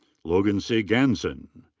logan c. ganzen.